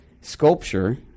sculpture